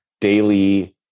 daily